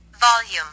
Volume